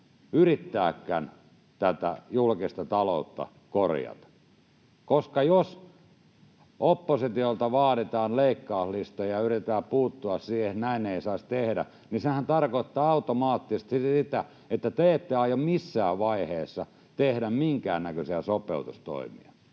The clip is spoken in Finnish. yrittääkään tätä julkista taloutta korjata? Jos oppositiolta vaaditaan leikkauslistoja ja yritetään puuttua siihen, että näin ei saisi tehdä, niin sehän tarkoittaa automaattisesti sitä, että te ette aio missään vaiheessa tehdä minkäännäköisiä sopeutustoimia.